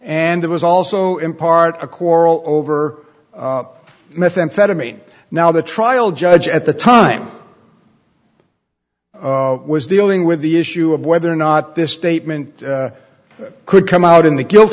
and it was also in part a quarrel over methamphetamine now the trial judge at the time was dealing with the issue of whether or not this statement could come out in the guilt